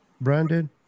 Brandon